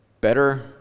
Better